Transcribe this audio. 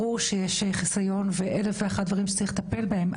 ברור שיש חיסיון ואלף ואחת דברים שצריך לטפל בהם,